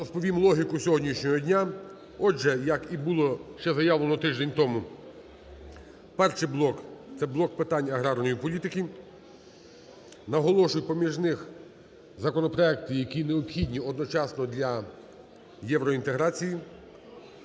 розповім логіку сьогоднішнього дня. Отже, як і було ще заявлено тиждень тому, перший блок - це блок питань аграрної політики. Наголошую, поміж них законопроекти, які необхідні одночасно для євроінтеграції.